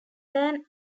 than